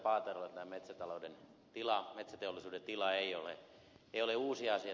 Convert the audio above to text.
paatero että metsätalouden tila metsäteollisuuden tila ei ole uusi asia